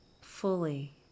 fully